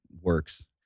works